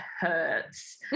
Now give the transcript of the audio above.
hurts